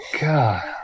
God